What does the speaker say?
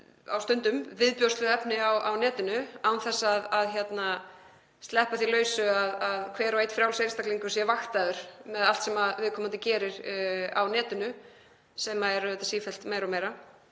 á stundum, viðbjóðslegu efni á netinu án þess að sleppa því lausu að hver og einn frjáls einstaklingur sé vaktaður með allt sem viðkomandi gerir á netinu, sem verður auðvitað sífellt meira, hvort